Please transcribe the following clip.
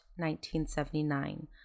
1979